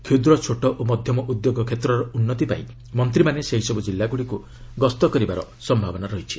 କ୍ଷୁଦ୍ର ଛୋଟ ଓ ମଧ୍ୟମ ଉଦ୍ୟୋଗ କ୍ଷେତ୍ରର ଉନ୍ତି ପାଇଁ କେନ୍ଦ୍ର ମନ୍ତ୍ରମାନେ ସେହିସବୁ ଜିଲ୍ଲାଗୁଡ଼ିକୁ ଗସ୍ତ କରିବାର ସମ୍ଭାବନା ଅଛି